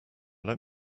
let